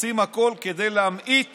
עושים הכול כדי להמעיט